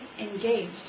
engaged